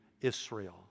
Israel